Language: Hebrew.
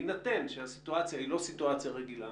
בהינתן שהסיטואציה היא לא רגילה,